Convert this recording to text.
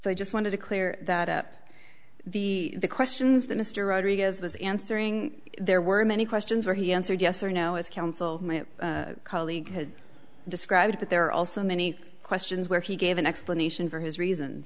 so i just want to clear that up the questions that mr rodriguez was answering there were many questions where he answered yes or no is counsel my colleague has described but there are also many questions where he gave an explanation for his reasons